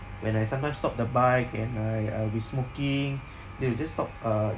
when I sometime stop the bike and I~ I'll be smoking they will just stop uh